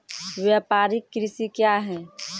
व्यापारिक कृषि क्या हैं?